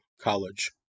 college